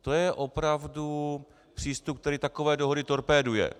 To je opravdu přístup, který takové dohody torpéduje.